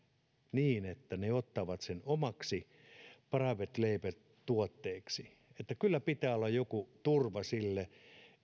niin että ne ottavat sen omaksi private label tuotteeksi kyllä pitää olla joku turva sille